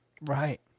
Right